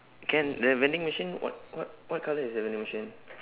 can the vending machine what what what colour is the vending machine